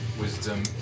Wisdom